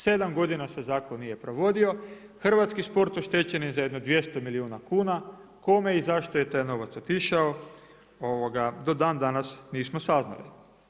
Sedam godina se zakon nije provodi, hrvatski spor oštećen je za jedno 200 milijuna kuna, kome i zašto je taj novac otišao, do danas nismo saznali.